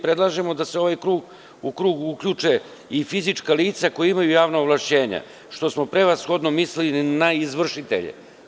Predlažemo da se u ovaj krug uključe i fizička lica koja imaju javna ovlašćenja, gde smo prevashodno mislili na izvršitelje.